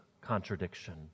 contradiction